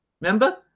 Remember